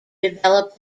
develop